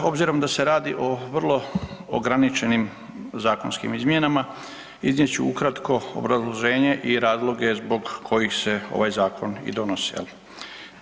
Obzirom da se radi o vrlo ograničenim zakonskim izmjenama iznijet ću ukratko obrazloženje i razloge zbog kojih se ovaj zakon i donosi jel.